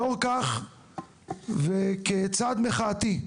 לאור כך וכצעד מחאתי,